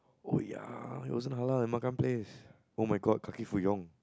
oh ya it wasn't halal that Makan Place oh my god kaki-Fuyong